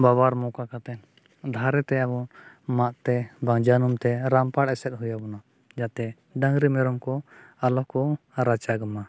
ᱵᱟᱼᱵᱟᱨ ᱢᱚᱠᱟ ᱠᱟᱛᱮᱫ ᱫᱷᱟᱨᱮᱛᱮ ᱟᱵᱚ ᱢᱟᱫᱛᱮ ᱵᱟᱝ ᱡᱟᱹᱱᱩᱢᱛᱮ ᱨᱟᱢᱯᱷᱟ ᱮᱥᱮᱫ ᱦᱩᱭ ᱟᱵᱚᱱᱟ ᱡᱟᱛᱮ ᱰᱟᱝᱨᱤ ᱢᱮᱨᱚᱢ ᱠᱚ ᱟᱞᱚ ᱠᱚ ᱨᱟᱪᱟᱜᱽ ᱢᱟ